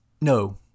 no